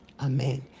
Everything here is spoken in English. amen